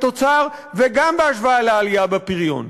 גם בהשוואה לעלייה בתוצר וגם בהשוואה לעלייה בפריון.